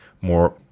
more